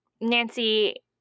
Nancy